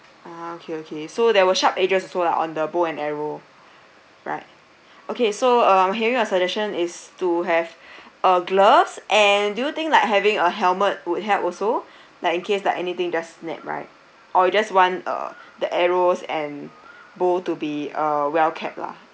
ah okay okay so there were sharp edges also lah on the bow and arrow right okay so um I'm hearing a suggestion is to have a glove and do you think like having a helmet would help also like in case anything just snap right or you just want uh the arrows and bow to be uh well-kept lah